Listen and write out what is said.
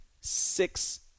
six